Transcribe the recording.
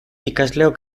ikasleok